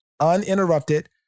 uninterrupted